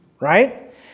right